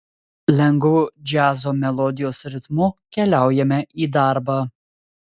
lengvu džiazo melodijos ritmu keliaujame į darbą